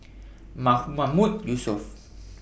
Ma Mahmood Yusof